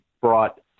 brought